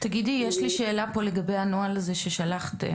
תגידי יש לי שאלה פה לגבי הנוהל הזה ששלחתם,